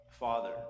Father